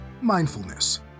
mindfulness